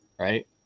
Right